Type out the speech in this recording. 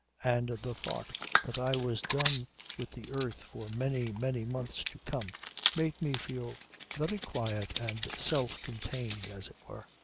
and the thought that i was done with the earth for many many months to come made me feel very quiet and self-contained as it were.